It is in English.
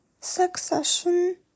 Succession